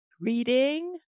reading